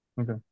Okay